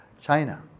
China